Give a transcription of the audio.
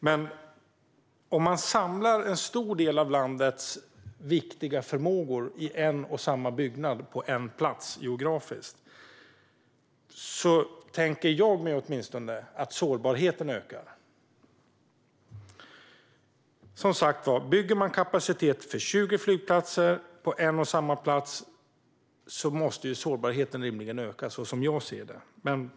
Men om man samlar en stor del av landets viktiga förmågor i en och samma byggnad, på en geografisk plats, tänker åtminstone jag mig att sårbarheten ökar. Som sagt: Bygger man kapacitet för 20 flygplatser på en och samma plats måste sårbarheten rimligen öka, som jag ser det.